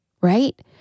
right